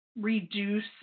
reduce